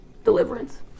deliverance